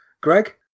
Greg